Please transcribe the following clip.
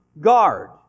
guard